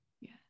yes